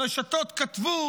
ברשתות כתבו: